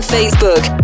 Facebook